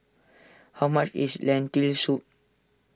how much is Lentil Soup